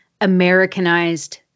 Americanized